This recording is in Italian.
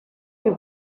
più